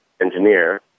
engineer